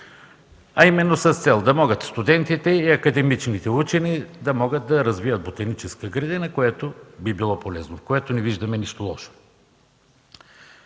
Целта е „да могат студентите и академичните учени да могат да развиват Ботаническата градина, което би било полезно”. В това не виждаме нищо лошо.